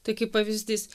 tai kaip pavyzdys